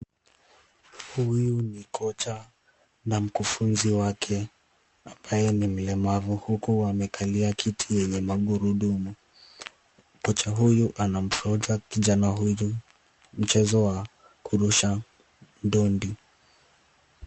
Huyu ni kocha na mkufunzi wake, ambaye ni mlemavu, huku amekalia kiti yenye magurudumu. Kocha huyu anamfunza kijana huyu mchezo wa kurusha ndondi.